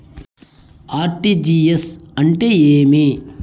RTGS అంటే ఏమి?